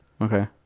okay